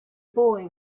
boy